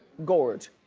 gorge.